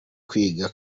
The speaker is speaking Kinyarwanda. kwiga